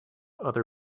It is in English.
other